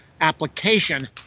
Application